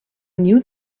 knew